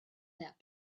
that